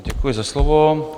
Děkuji za slovo.